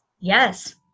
Yes